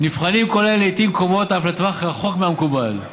נבחנים כל אלה לעיתים קרובות אף לטווח רחוק מהמקובל.